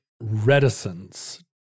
reticence